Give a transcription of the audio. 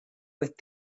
with